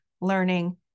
learning